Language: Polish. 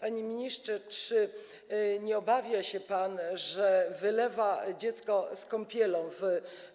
Panie ministrze, czy nie obawia się pan, że wylewa pan dziecko z kąpielą